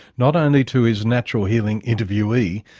not only to his natural healing interviewee,